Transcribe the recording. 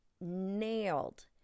nailed